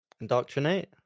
indoctrinate